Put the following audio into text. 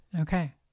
Okay